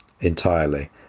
entirely